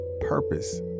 purpose